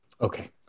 Okay